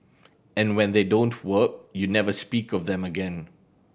and when they don't work you never speak of them again